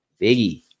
Biggie